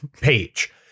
page